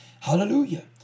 hallelujah